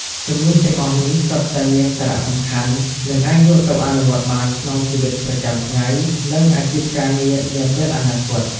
ជំនាញទាំងអស់នេះសុទ្ធតែមានសារៈសំខាន់ និងអាចយកទៅអនុវត្តបានក្នុងជីវិតប្រចាំថ្ងៃ និងអាជីពការងារនាពេលអនាគត។